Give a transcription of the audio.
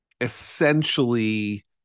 essentially